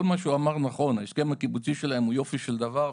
כל מה שהוא אמר נכון: ההסכם הקיבוצי שלהם הוא יופי של דבר,